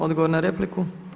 Odgovor na repliku.